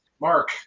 Mark